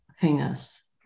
fingers